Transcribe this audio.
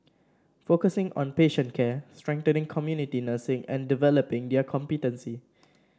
focusing on patient care strengthening community nursing and developing their competency